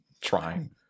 Trying